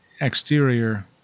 exterior